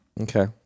Okay